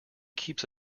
keeps